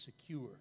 secure